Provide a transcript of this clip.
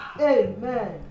Amen